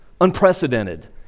unprecedented